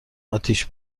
اتیش